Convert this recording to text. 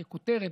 ככותרת,